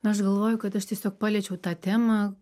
na aš galvoju kad aš tiesiog paliečiau tą temą